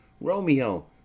Romeo